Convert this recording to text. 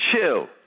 chill